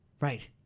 right